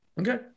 Okay